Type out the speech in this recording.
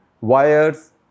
wires